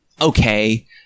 okay